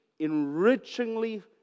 enrichingly